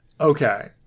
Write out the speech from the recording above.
Okay